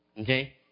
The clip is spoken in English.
Okay